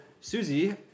Susie